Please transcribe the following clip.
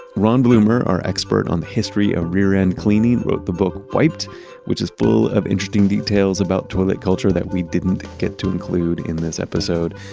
ron blumer, our expert on the history of rear-end cleaning, wrote the book wiped which is full of interesting details about toilet culture that we didn't get to include in this episode.